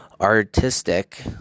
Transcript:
artistic